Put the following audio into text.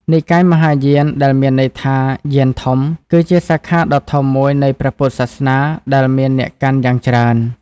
និកាយមហាយាន ដែលមានន័យថា "យានធំ" គឺជាសាខាដ៏ធំមួយនៃព្រះពុទ្ធសាសនាដែលមានអ្នកកាន់យ៉ាងច្រើន។